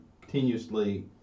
continuously